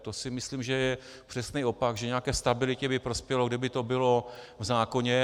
To si myslím, že je přesný opak, že nějaké stabilitě by prospělo, kdyby to bylo v zákoně.